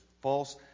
false